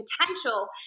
potential